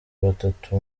batatu